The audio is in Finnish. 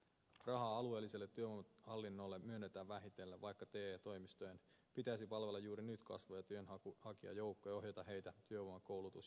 rahaa alueelliselle työvoimahallinnolle myönnetään vähitellen vaikka te toimistojen pitäisi palvella juuri nyt kasvavaa työnhakijajoukkoa ohjata heitä työvoima koulutus ja tukityöllistämispaikkoihin